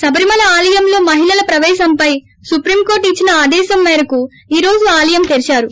శబరిమల ఆలయమలో మహిళల ప్రవేశంపై సుప్రీం కోర్లు ఇచ్చిన ఆదేశం మేరకు ఈ రోజు ఆలయం తెరిచారు